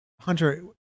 Hunter